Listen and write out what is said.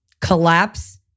collapse